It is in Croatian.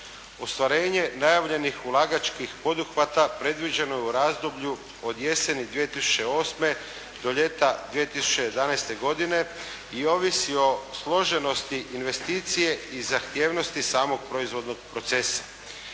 Ostvarenje najavljenih ulagačkih poduhvata, predviđeno je u razdoblju od jeseni 2008. do ljeta 2011. godine i ovisi o složenosti investicije i zahtjevanosti samog proizvodnog procesa.